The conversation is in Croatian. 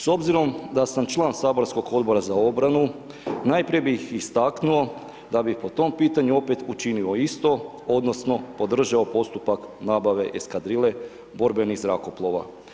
S obzirom da sam član saborskog Odbora za obranu najprije bih istaknuo da bi po tom pitanju opet učinio isto odnosno podržao postupak nabave eskadrile borbenih zrakoplova.